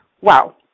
wow